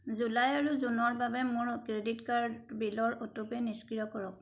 July আৰু জুনৰ বাবে মোৰ ক্ৰেডিট কাৰ্ড বিলৰ অ'টোপে' নিষ্ক্ৰিয় কৰক